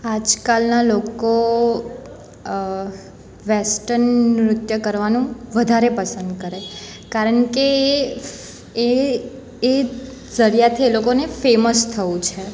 આજકાલના લોકો વેસ્ટન નૃત્ય કરવાનું વધારે પસંદ કરે કારણ કે એ એ ઝરિયાથી એ લોકોને ફેમસ થવું છે